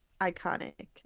iconic